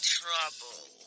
trouble